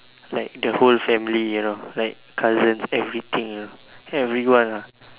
like the whole family you know like cousins everything you know everyone ah